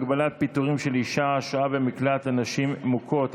הגבלת פיטורים של אישה השוהה במקלט לנשים מוכות),